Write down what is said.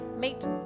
meet